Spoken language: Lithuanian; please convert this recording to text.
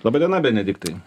laba diena benediktai